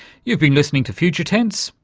you've been listening to future tense.